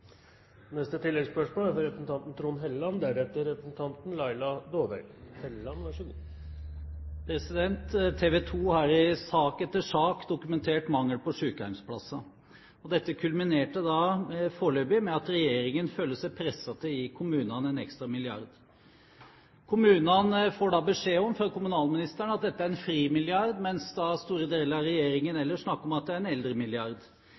Trond Helleland – til oppfølgingsspørsmål. TV 2 har i sak etter sak dokumentert mangel på sykehjemsplasser. Dette kulminerte foreløpig med at regjeringen følte seg presset til å gi kommunene en ekstra milliard. Kommunene får beskjed fra kommunalministeren om at dette er en fri milliard, mens store deler av regjeringen ellers snakker om at det er en